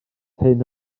hyn